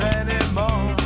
anymore